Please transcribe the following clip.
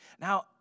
Now